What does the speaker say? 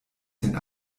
den